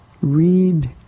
Read